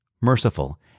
merciful